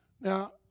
Now